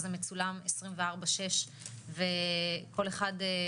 אני חושב שזה מטבע עובר לסוחר - שלשופטים